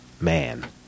Man